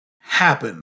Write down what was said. happen